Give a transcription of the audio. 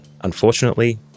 Unfortunately